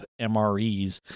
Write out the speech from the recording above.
MREs